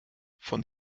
von